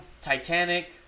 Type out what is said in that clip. Titanic